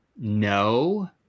no